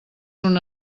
una